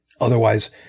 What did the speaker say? otherwise